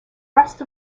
rest